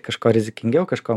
kažko rizikingiau kažko